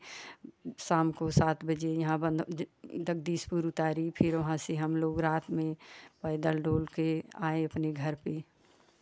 शाम को सात बजे यहाँ बंद दगदीसपुर उतारी फिर वहाँ से हम लोग रात में पैदल डोल कर आए अपने घर पर